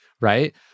right